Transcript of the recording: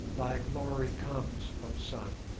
thy glory comes, oh sun!